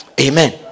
Amen